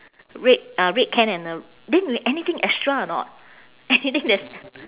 red uh red can and a then anything extra or not anything that's